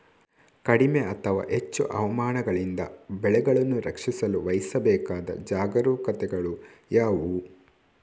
ಕಡಿಮೆ ಅಥವಾ ಹೆಚ್ಚು ಹವಾಮಾನಗಳಿಂದ ಬೆಳೆಗಳನ್ನು ರಕ್ಷಿಸಲು ವಹಿಸಬೇಕಾದ ಜಾಗರೂಕತೆಗಳು ಯಾವುವು?